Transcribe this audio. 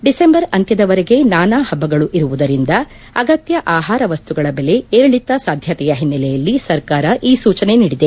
December ಅಂತ್ಯದವರೆಗೆ ನಾನಾ ಹಬ್ಬಗಳು ಇರುವುದರಿಂದ ಅಗತ್ಯ ಆಹಾರ ವಸ್ತುಗಳ ಬೆಲೆ ಏರಿಳಿತ ಸಾಧ್ಯತೆಯ ಹಿನ್ನೆಲೆಯಲ್ಲಿ ಸರ್ಕಾರ ಈ ಸೂಚನೆ ನೀಡಿದೆ